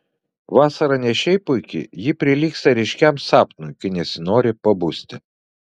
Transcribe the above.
vasara ne šiaip puiki ji prilygsta ryškiam sapnui kai nesinori pabusti